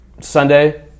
Sunday